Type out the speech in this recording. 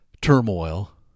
turmoil